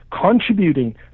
contributing